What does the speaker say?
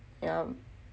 yah